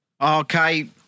Okay